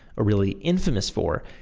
or really infamous for,